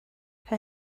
her